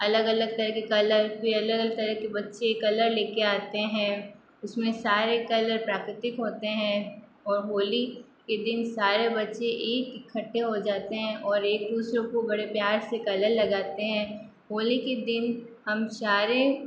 अलग अलग तरह के कलर फिर अलग अलग तरह के बच्चे कलर लेके आते हैं उसमें सारे कलर प्राकृतिक होते हैं और होली के दिन सारे बच्चे एक इकट्ठे हो जाते हैं और एक दूसरे को बड़े प्यार से कलर लगाते हैं होली के दिन हम सारे